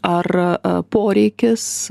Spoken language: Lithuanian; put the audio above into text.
ar poreikis